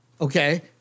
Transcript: Okay